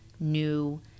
New